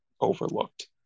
overlooked